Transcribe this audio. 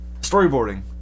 Storyboarding